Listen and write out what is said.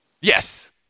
Yes